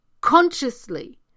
consciously